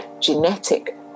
genetic